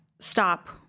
stop